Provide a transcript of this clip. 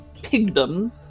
Pigdom